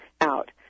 out